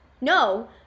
no